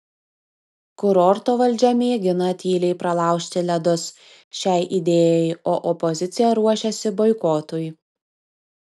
kurorto valdžia mėgina tyliai pralaužti ledus šiai idėjai o opozicija ruošiasi boikotui